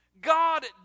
God